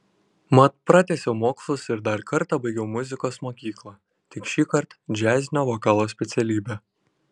mat pratęsiau mokslus ir dar kartą baigiau muzikos mokyklą tik šįkart džiazinio vokalo specialybę